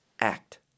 act